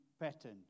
pattern